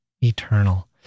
eternal